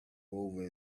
over